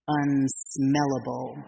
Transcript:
unsmellable